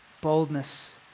boldness